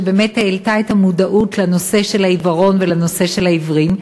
שבאמת העלתה את המודעות לנושא העיוורון והעיוורים,